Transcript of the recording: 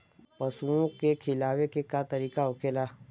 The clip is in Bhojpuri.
पशुओं के खिलावे के का तरीका होखेला?